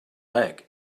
lag